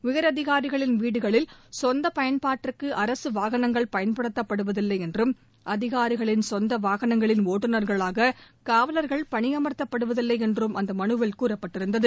உயரதிகாரிகளின் வீடுகளில் சொந்தப் பயன்பாட்டிற்கு அரசு வாகனங்கள் பயன்படுத்தப்படுவதில்லை என்றும் அதிகாரிகளின் சொந்த வாகனங்களின் ஒட்டுநர்களாக காவலர்கள் பணியமர்த்தப்படுவதில்லை என்றும் அந்த மனுவில் கூறப்பட்டிருந்தது